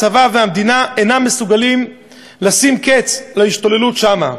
הצבא והמדינה אינם מסוגלים לשים קץ להשתוללות שם?